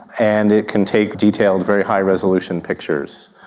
and it can take detailed very high resolution pictures.